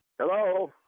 Hello